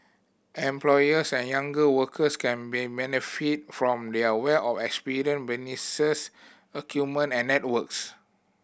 employers and younger workers can be benefit from their wealth of experience businesses acumen and networks